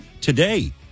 today